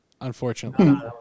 unfortunately